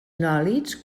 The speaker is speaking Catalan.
nòlits